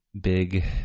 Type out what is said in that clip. big